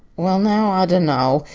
well now, i dunno.